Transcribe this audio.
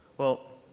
well,